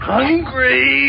Hungry